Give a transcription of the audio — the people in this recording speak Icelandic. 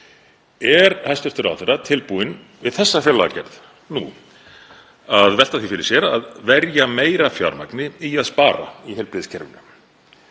Er hæstv. ráðherra tilbúinn við fjárlagagerð nú að velta því fyrir sér að verja meira fjármagni í að spara í heilbrigðiskerfinu